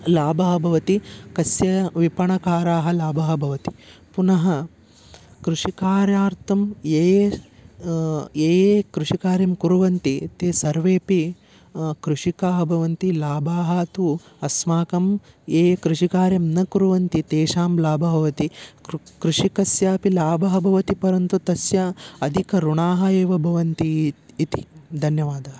लाभः भवति कस्य विपणकाराः लाभः भवति पुनः कृषिकार्यार्थं ये ये ये ये कृषिकार्यं कुर्वन्ति ते सर्वेपि कृषिकाः भवन्ति लाभाः तु अस्माकं ये कृषिकार्यं न कुर्वन्ति तेषां लाभः भवति कृषिकस्यापि लाभः भवति परन्तु तस्य अधिक ऋणाः एव भवन्ति इति धन्यवादः